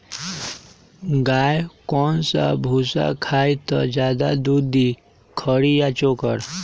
गाय कौन सा भूसा खाई त ज्यादा दूध दी खरी या चोकर?